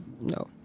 No